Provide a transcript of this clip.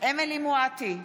אמילי חיה מואטי,